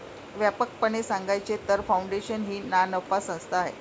व्यापकपणे सांगायचे तर, फाउंडेशन ही नानफा संस्था आहे